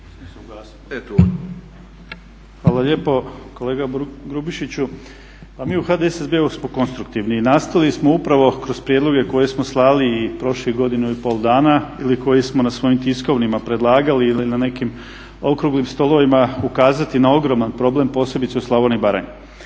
Hvala lijepo. Kolega Grubišiću, mi u HDSSB-u smo konstruktivni i nastojali smo upravo kroz prijedloge koje smo slali i prošlih godinu i pol dana ili koje smo na svojim … predlagali ili na nekim okruglim stolovima ukazati na ogroman problem, posebice u Slavoniji i Baranji.